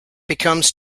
becomes